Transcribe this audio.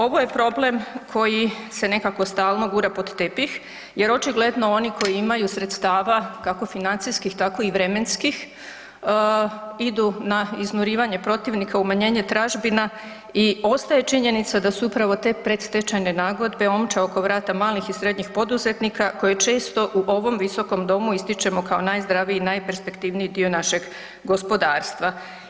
Ovo je problem koji se nekako stalno gura pod tepih, jer očigledno oni koji imaju sredstava kako financijskih, tako i vremenskih idu na iznurivanje protivnika, umanjenje tražbina i ostaje činjenica da su upravo te predstečajne nagodbe omča oko vrata malih i srednjih poduzetnika koje često u ovom visokom domu ističemo kao najzdraviji i najperspektivniji dio našeg gospodarstva.